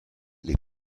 les